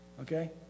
okay